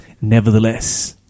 Nevertheless